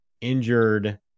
injured